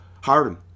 Harden